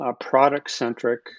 product-centric